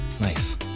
Nice